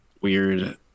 weird